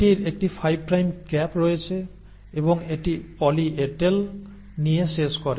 এটির একটি 5 prime cap রয়েছে এবং এটি পলি এ টেল নিয়ে শেষ করে